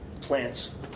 plants